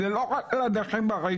זה לא רק נכים רגילים.